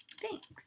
Thanks